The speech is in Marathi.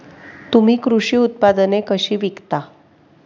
तुम्ही कृषी उत्पादने कशी विकता?